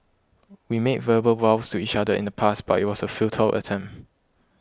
we made verbal vows to each other in the past but it was a futile attempt